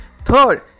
third